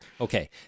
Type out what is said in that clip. Okay